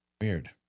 Weird